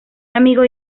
amigo